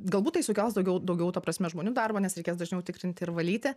galbūt tai sukels daugiau daugiau ta prasme žmonių darbo nes reikės dažniau tikrinti ir valyti